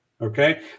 Okay